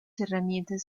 herramientas